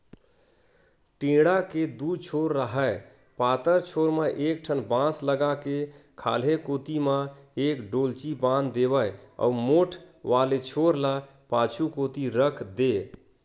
टेंड़ा के दू छोर राहय पातर छोर म एक ठन बांस लगा के खाल्हे कोती म एक डोल्ची बांध देवय अउ मोठ वाले छोर ल पाछू कोती रख देय